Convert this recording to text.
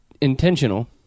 intentional